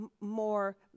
more